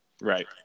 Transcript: Right